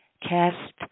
cast